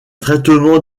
traitement